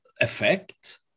effect